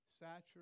saturate